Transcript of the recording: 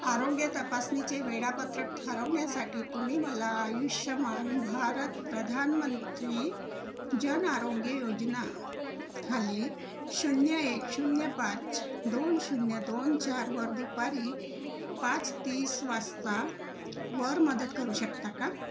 आरोग्य तपासणीचे वेळापत्रक ठरवण्यासाठी तुम्ही मला आयुष्यमान भारत प्रधानमंत्री जन आरोग्य योजना खाली शून्य एक शून्य पाच दोन शून्य दोन चारवर दुपारी पाच तीस वाजता वर मदत करू शकता का